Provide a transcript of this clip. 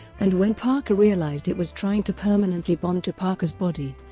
and when parker realized it was trying to permanently bond to parker's body,